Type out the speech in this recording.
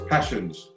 Passions